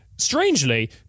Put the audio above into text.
strangely